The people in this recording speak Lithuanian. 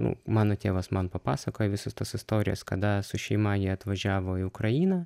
nu mano tėvas man papasakojo visas tas istorijas kada su šeima jie atvažiavo į ukrainą